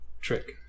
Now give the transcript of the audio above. trick